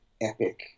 epic